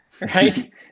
right